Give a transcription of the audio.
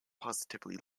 positively